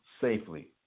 safely